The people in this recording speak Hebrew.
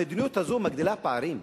המדיניות הזאת מגדילה פערים.